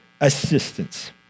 assistance